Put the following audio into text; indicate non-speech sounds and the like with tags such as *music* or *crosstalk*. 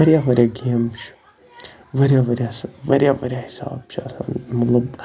واریاہ واریاہ گیمہٕ چھِ واریاہ واریاہ *unintelligible* واریاہ واریاہ حِساب چھِ آسان مطلب